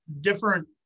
different